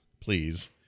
please